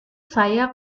saya